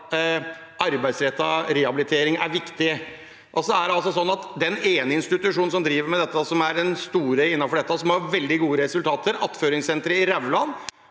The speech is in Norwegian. arbeidsrettet rehabilitering er viktig. Det er altså slik at den ene institusjonen som driver med dette, som er den store innenfor dette, og som har veldig gode resultater – Attføringssenteret i Rauland